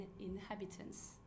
inhabitants